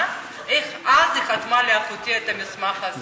איך אז היא חתמה לאחותי על המסמך הזה.